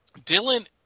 Dylan